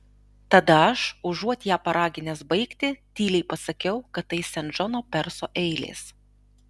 tada aš užuot ją paraginęs baigti tyliai pasakiau kad tai sen džono perso eilės